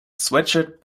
sweatshirt